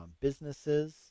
businesses